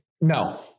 No